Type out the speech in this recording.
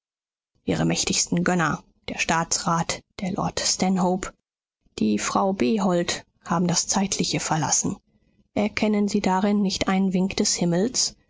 ihre mächtigsten gönner der staatsrat der lord stanhope die frau behold haben das zeitliche verlassen erkennen sie darin nicht einen wink des himmels